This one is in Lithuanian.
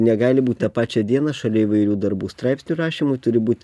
negali būt tą pačią dieną šalia įvairių darbų straipsnių rašymui turi būti